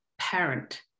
parent